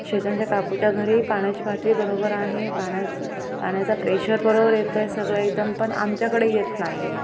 शेजारच्या काकूच्या घरी पाण्याची पातळी बरोबर आहे पाण्याच पाण्याचा प्रेशर बरोबर येतो आहे सगळं एकदम पण आमच्याकडे येत नाही आहे